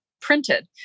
printed